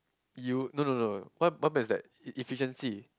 you no no no what what I meant is that e~ efficiency